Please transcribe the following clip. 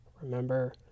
Remember